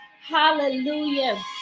Hallelujah